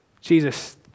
Jesus